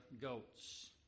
goats